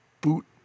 boot